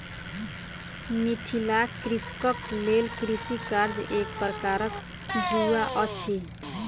मिथिलाक कृषकक लेल कृषि कार्य एक प्रकारक जुआ अछि